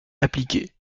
appliquées